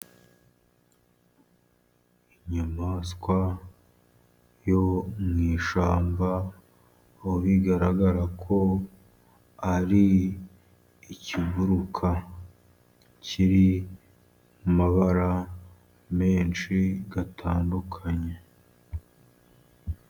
Inyamaswa yo mu ishamba aho bigaragara ko ari ikiguruka, kiri mu mabara menshi gatandukanye.